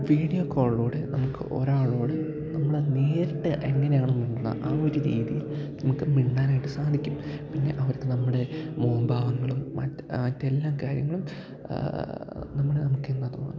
video കോളിലൂടെ നമുക്ക് ഒരാളോട് നമ്മള് നേരിട്ട് എങ്ങനെയാണ് മിണ്ടുന്നത് ആ ഒരു രീതിയിൽ നമുക്ക് മിണ്ടാനായിട്ട് സാധിക്കും പിന്നെ അവർക്ക് നമ്മുടെ മുഖഭാവങ്ങളും മറ്റ് മറ്റെല്ലാ കാര്യങ്ങളും നമുക്കെന്താണ് തോന്നുന്നത്